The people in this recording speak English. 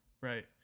Right